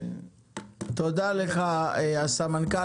תודה לך, הסמנכ"ל.